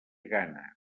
gana